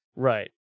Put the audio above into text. Right